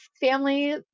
family